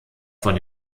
von